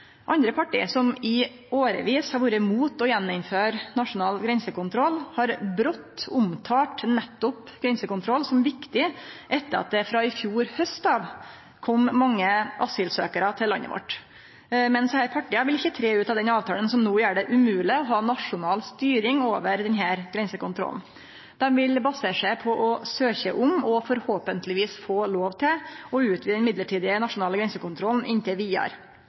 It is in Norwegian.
Andre parti, som i årevis har vore imot å innføre igjen nasjonal grensekontroll, har brått omtalt nettopp grensekontroll som viktig, etter at det sidan i fjor haust har kome mange asylsøkjarar til landet vårt, men desse partia vil ikkje tre ut av den avtalen som no gjer det umogleg å ha nasjonal styring over grensekontrollen. Dei vil basere seg på å søkje om – og forhåpentlegvis få lov til – å utvide den mellombelse nasjonale grensekontrollen inntil vidare.